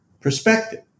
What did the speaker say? perspective